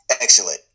excellent